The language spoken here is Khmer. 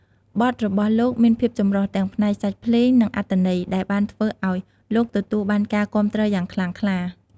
បទរបស់លោកមានភាពចម្រុះទាំងផ្នែកសាច់ភ្លេងនិងអត្ថន័យដែលបានធ្វើឱ្យលោកទទួលបានការគាំទ្រយ៉ាងខ្លាំងក្លា។